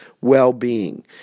well-being